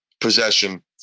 possession